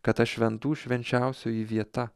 kad ta šventų švenčiausioji vieta